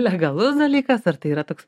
legalus dalykas ar tai yra toks